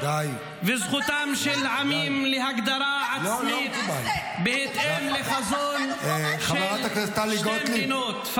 ועל זכותם של עמים להגדרה עצמית בהתאם לחזון של שתי מדינות,